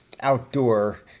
outdoor